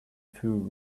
through